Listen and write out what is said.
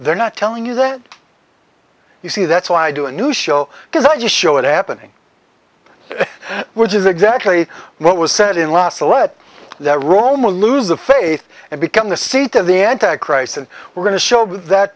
they're not telling you that you see that's why i do a new show because i just show it happening which is exactly what was said in lhasa let the roma lose the faith and become the seat of the anti christ and we're going to show that